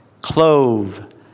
clove